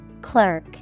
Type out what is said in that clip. Clerk